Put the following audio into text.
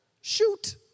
Shoot